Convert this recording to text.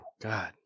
God